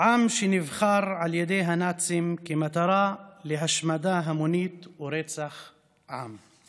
העם שנבחר על ידי הנאצים כמטרה להשמדה המונית ורצח עם.